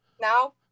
now